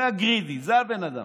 זה הגרידי, זה הבן אדם,